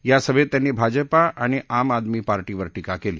यासभेत त्यांनी भाजपा आणि आम आदमी पार्टीवर टिका केली